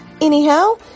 Anyhow